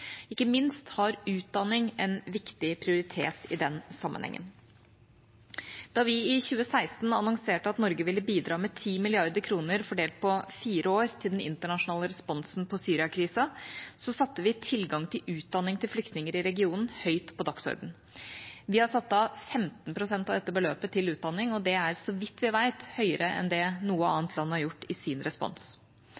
Ikke minst har utdanning en viktig prioritet i den sammenheng. Da vi i 2016 annonserte at Norge ville bidra med 10 mrd. kr fordelt på fire år til den internasjonale responsen på Syria-krisen, satte vi tilgang til utdanning for flyktninger i regionen høyt på dagsordenen. Vi har satt av 15 pst. av dette beløpet til utdanning, og det er, så vidt jeg vet, høyere enn det noe